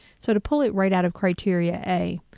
so to pull it right out of criteria a,